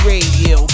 Radio